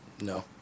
no